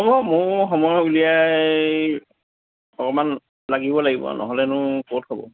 অ' ময়ো সময় উলিয়াই অকণমান লাগিব লাগিব আৰু নহ'লেনো ক'ত হ'ব